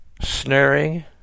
snaring